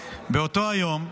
באותו היום,